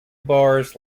bars